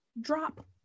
drop